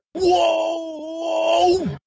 Whoa